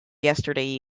yesterday